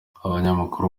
abanyamakuru